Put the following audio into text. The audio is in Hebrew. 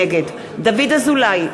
נגד דוד אזולאי,